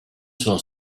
sono